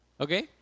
Okay